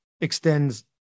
extends